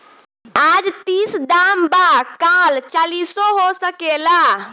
आज तीस दाम बा काल चालीसो हो सकेला